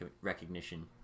recognition